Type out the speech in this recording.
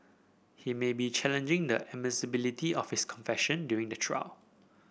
he may be challenging the admissibility of his confession during the trial